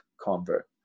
convert